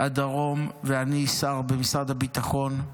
הדרום ואני שר במשרד הביטחון.